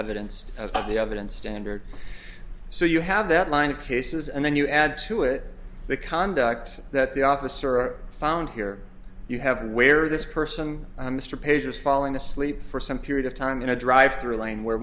evidence of the evidence standard so you have that line of cases and then you add to it the conduct that the officer found here you have where this person mr page was falling asleep for some period of time in a drive through lane where